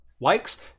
Likes